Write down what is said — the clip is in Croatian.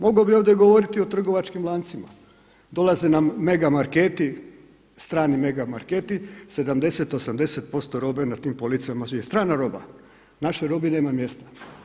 Mogao bih ovdje govoriti o trgovačkim lancima, dolaze nam mega marketi, strani mega marketi, 70, 80% robe na tim policama je strana roga, našoj robi nema mjesta.